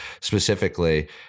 specifically